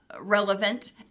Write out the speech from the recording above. relevant